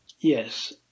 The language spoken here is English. Yes